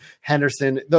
Henderson